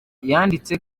yanditse